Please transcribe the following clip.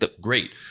great